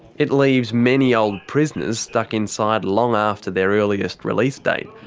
it leaves many old prisoners stuck inside long after their earliest release date,